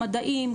מדעים,